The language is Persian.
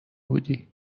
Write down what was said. بودی